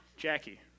Jackie